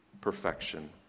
perfection